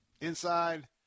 inside